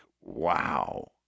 wow